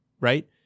Right